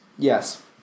Yes